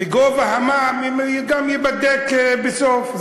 וגם גובה המע"מ ייבדק בסוף.